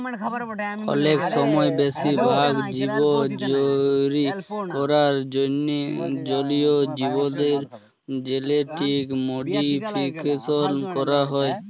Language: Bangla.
অলেক ছময় বেশি ভাল জীব তৈরি ক্যরার জ্যনহে জলীয় জীবদের জেলেটিক মডিফিকেশল ক্যরা হ্যয়